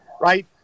right